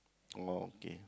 okay